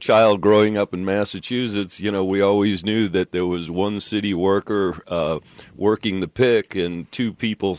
child growing up in massachusetts you know we always knew that there was one city worker working the pick and two people